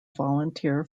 volunteer